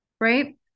Right